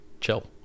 chill